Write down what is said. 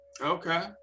Okay